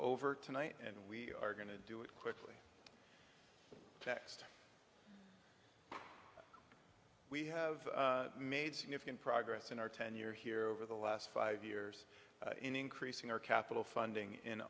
over tonight and we are going to do it quickly next we have made significant progress in our tenure here over the last five years in increasing our capital funding in